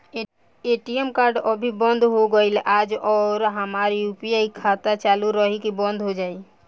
ATM card अभी बंद हो गईल आज और हमार यू.पी.आई खाता चालू रही की बन्द हो जाई?